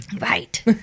Right